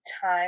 time